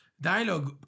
dialogue